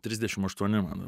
trisdešim aštuoni man